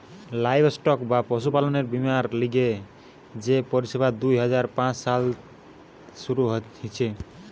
livestock বা পশুপালনের বীমার লিগে যে পরিষেবা দুই হাজার পাঁচ সালে শুরু হিছে